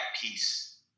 peace